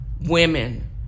women